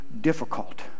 difficult